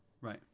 right